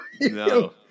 No